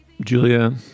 Julia